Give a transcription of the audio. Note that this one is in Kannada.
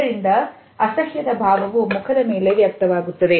ಇದರಿಂದ ಸಸ್ಯದ ಭಾವವು ಮುಖದ ಮೇಲೆ ವ್ಯಕ್ತವಾಗುತ್ತದೆ